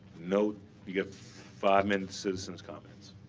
note, you get five minutes citizen's comments.